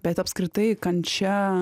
bet apskritai kančia